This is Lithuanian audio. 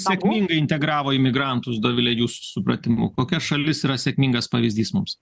sėkmingai integravo imigrantus dovile jūsų supratimu kokia šalis yra sėkmingas pavyzdys mums